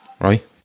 Right